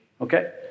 Okay